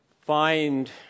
find